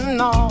no